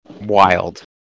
wild